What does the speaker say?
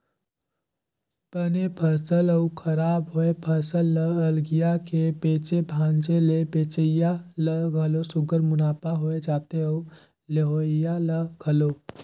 बने फसल अउ खराब होए फसल ल अलगिया के बेचे भांजे ले बेंचइया ल घलो सुग्घर मुनाफा होए जाथे अउ लेहोइया ल घलो